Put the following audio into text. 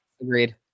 agreed